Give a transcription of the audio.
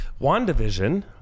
WandaVision